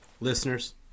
listeners